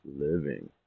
living